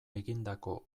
egindako